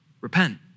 repent